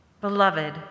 Beloved